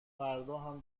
فرداهم